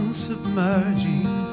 submerging